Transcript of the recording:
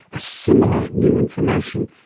assimilate new information,